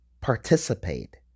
participate